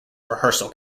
rehearsal